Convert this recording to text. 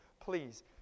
Please